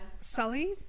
Sully